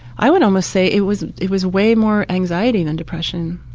i would almost say it was it was way more anxiety than depression.